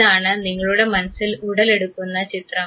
ഇതാണ് നിങ്ങളുടെ മനസ്സിൽ ഉടലെടുക്കുന്ന ചിത്രം